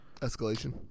Escalation